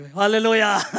hallelujah